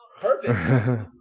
perfect